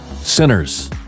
sinners